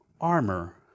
armor